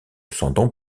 s’entend